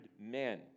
men